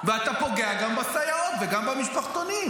ואתה פוגע גם בסייעות וגם במשפחתונים,